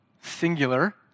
singular